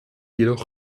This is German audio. jedoch